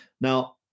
Now